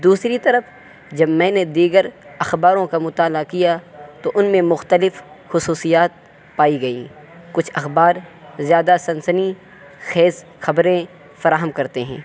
دوسری طرف جب میں نے دیگر اخباروں کا مطالعہ کیا تو ان میں مختلف خصوصیات پائی گئیں کچھ اخبار زیادہ سنسنی خیز خبریں فراہم کرتے ہیں